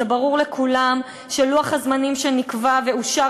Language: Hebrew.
זה ברור לכולם שלוח הזמנים שנקבע ואושר